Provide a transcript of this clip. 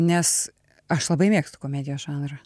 nes aš labai mėgstu komedijos žanrą